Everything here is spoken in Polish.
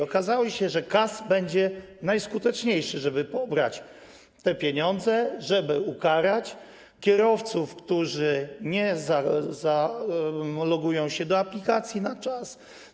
Okazało się, że KAS będzie najskuteczniejszy, żeby pobrać te pieniądze, żeby ukarać kierowców, którzy nie zalogują się do aplikacji na czas.